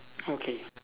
okay